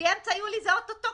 אמצע יולי זה אוטוטו,